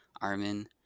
Armin